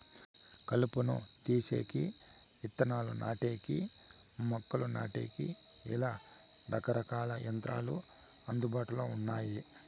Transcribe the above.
కలుపును తీసేకి, ఇత్తనాలు నాటడానికి, మొక్కలు నాటేకి, ఇలా రకరకాల యంత్రాలు అందుబాటులో ఉన్నాయి